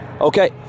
Okay